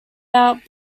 out